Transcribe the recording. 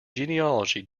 genealogy